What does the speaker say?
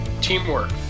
teamwork